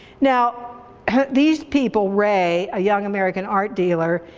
now these people, ray, a young american art dealer,